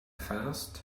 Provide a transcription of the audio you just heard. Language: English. fast